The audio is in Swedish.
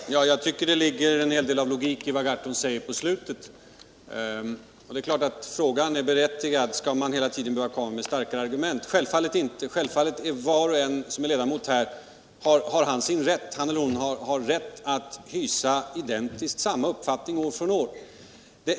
Herr talman! Jag tycker det ligger en hel del logik i vad Per Gahrton sade i slutet av sitt anförande. Det är klart att frågan är berättigad: Skall man hela tiden behöva komma med starkare argument” Självfallet inte. Självfallet har varje ledamot rätt att hysa identiskt samma uppfattning år från år.